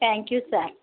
thank you sir